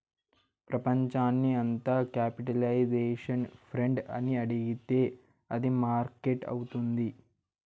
ప్రపంచాన్ని అంత capitalisation friend అని అడిగితే అది మార్కెట్ అవుతుంది